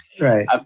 Right